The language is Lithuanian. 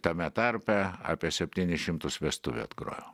tame tarpe apie septynis šimtus vestuvių atgrojau